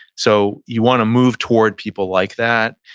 so you want to move toward people like that.